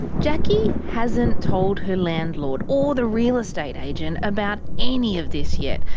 jacki hasn't told her landlord or the real estate agent about any of this yet.